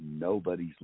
Nobody's